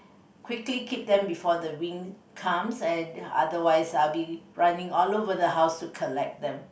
quickly keep them before the wind comes and otherwise I will be running all over the house to collect them